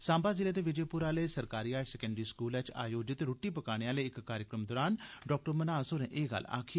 सांबा जिले दे विजयपुर आहले सरकारी हायर सकैंडरी स्कूल च आयोजित रूट्टी पकाने आह्ले इक कार्यक्रम दौरान डाक्टर मन्हास होरें एह् गल्ल आखी